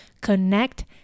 connect